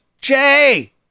Jay